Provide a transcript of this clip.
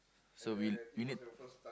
so we we need